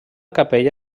capella